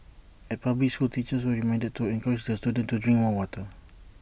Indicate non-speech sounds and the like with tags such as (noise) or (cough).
at public schools teachers were reminded to encourage the students to drink more water (noise)